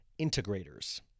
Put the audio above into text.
Integrators